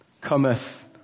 cometh